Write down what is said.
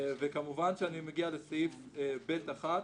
כמובן שאני מגיע לסעיף (ב)(1)